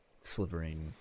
slivering